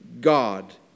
God